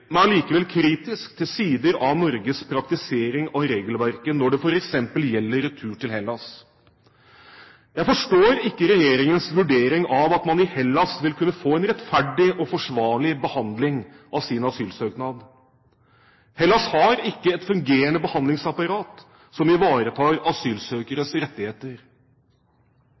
kritisk til sider av Norges praktisering av regelverket når det f.eks. gjelder retur til Hellas. Jeg forstår ikke regjeringens vurdering av at man i Hellas vil kunne få en rettferdig og forsvarlig behandling av sin asylsøknad. Hellas har ikke et fungerende behandlingsapparat som ivaretar asylsøkeres rettigheter.